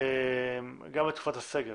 גם בתקופת הסגר.